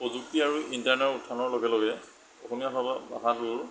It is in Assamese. প্ৰযুক্তি আৰু ইণ্টাৰনেটৰ উত্থানৰ লগে লগে অসমীয়া ভাষা ভাষাটোৰ